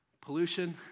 pollution